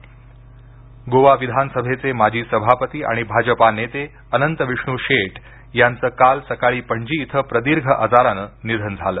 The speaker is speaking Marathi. गोवा माजी सभापती निधन गोवा विधानसभेचे माजी सभापती आणि भा जा पा नेते अनंत विष्णू शेट यांचं काल सकाळी पणजी इथं प्रदीर्घ आजारानं निधन झालं